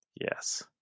Yes